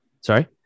Sorry